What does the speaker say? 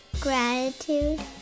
gratitude